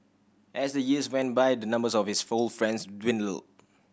as the years went by the numbers of his four friends dwindled